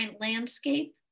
landscape